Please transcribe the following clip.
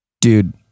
Dude